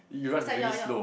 is like your your